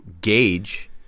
gauge